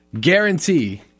guarantee